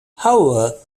however